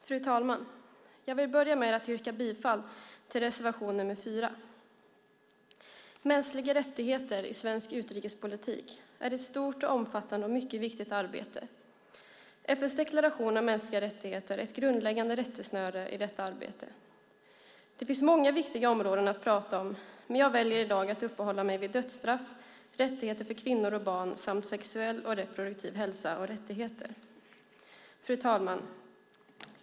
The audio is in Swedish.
Fru talman! Jag vill börja med att yrka bifall till reservation 4. Mänskliga rättigheter i svensk utrikespolitik är ett stort och omfattande och mycket viktigt arbete. FN:s deklaration om mänskliga rättigheter är ett grundläggande rättesnöre i detta arbete. Det finns många viktiga områden att prata om, men jag väljer i dag att uppehålla mig vid dödsstraff, rättigheter för kvinnor och barn, samt sexuell och reproduktiv hälsa och rättigheter. Fru talman!